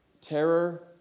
terror